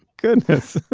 goodness